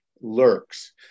lurks